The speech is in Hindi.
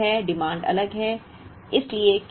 मांग अलग है